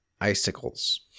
icicles